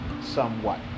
somewhat